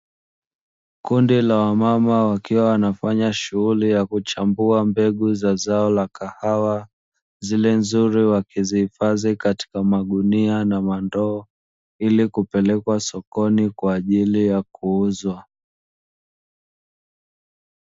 Kundi la wamama wakiwa wanafanya shughuli ya kuchambua mbegu za zao la kahawa, zile nzuri wakizihifadhi katika magunia na ndoo ili kupelekwa sokoni kwa ajili ya kuuzwa.